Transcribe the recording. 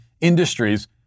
industries